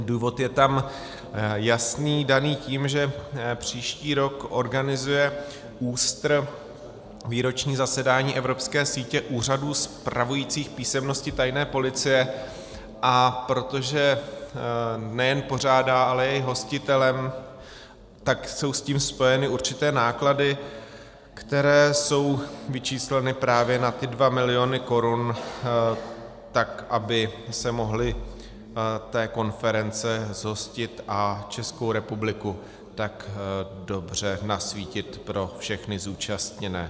Důvod je tam jasný, daný tím, že příští rok organizuje ÚSTR výroční zasedání evropské sítě úřadů spravujících písemnosti tajné policie, a protože nejen pořádá, ale je i hostitelem, tak jsou s tím spojeny určité náklady, které jsou vyčísleny právě na ty 2 mil. korun, tak aby se mohli té konference zhostit a Českou republiku tak dobře nasvítit pro všechny zúčastněné.